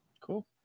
Cool